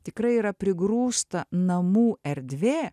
tikrai yra prigrūsta namų erdvė